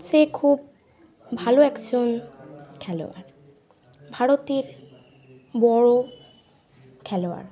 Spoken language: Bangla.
সে খুব ভালো একজন খেলোয়াড় ভারতের বড় খেলোয়াড়